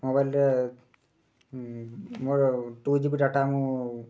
ମୋବାଇଲ୍ରେ ମୋର two G B data ମୁଁ